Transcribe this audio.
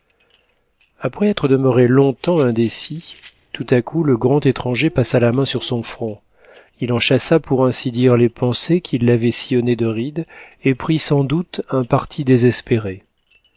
après être demeuré long-temps indécis tout à coup le grand étranger passa la main sur son front il en chassa pour ainsi dire les pensées qui l'avaient sillonné de rides et prit sans doute un parti désespéré